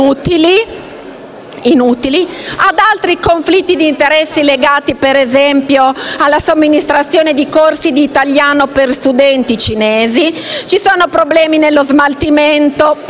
inutili; ci sono conflitti di interesse legati, ad esempio, alla somministrazione di corsi di italiano per studenti cinesi; ci sono problemi nello smaltimento delle